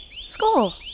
school